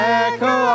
echo